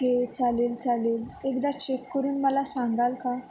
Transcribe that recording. okay चालेल चालेल एकदा चेक करून मला सांगाल का